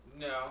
No